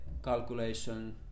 Calculation